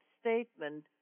statement